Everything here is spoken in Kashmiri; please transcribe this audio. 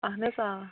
اہن حظ آ